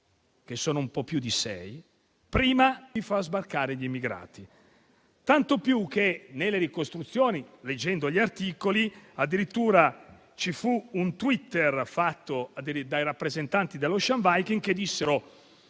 che sono un po' più di sei - prima di far sbarcare gli immigrati. Tanto che nelle ricostruzioni, leggendo gli articoli, addirittura vi fu un *tweet* dei rappresentanti dell'Ocean Viking, che diceva: